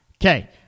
okay